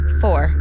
four